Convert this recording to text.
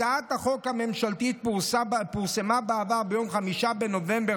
הצעת החוק הממשלתית פורסמה בעבר ביום 5 בנובמבר